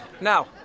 Now